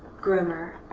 groomer.